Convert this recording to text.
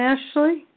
Ashley